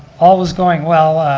all was going well,